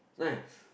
nice